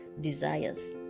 desires